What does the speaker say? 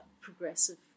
progressive